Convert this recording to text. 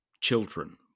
children